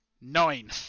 Nine